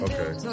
Okay